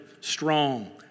strong